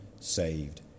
saved